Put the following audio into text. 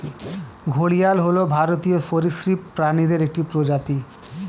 ঘড়িয়াল হল ভারতীয় সরীসৃপ প্রাণীদের একটি প্রজাতি